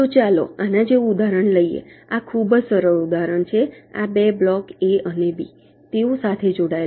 ચાલો આના જેવું ઉદાહરણ લઈએ આ ખૂબ જ સરળ ઉદાહરણ છે આ 2 બ્લોક્સ A અને B તેઓ જોડાયેલા છે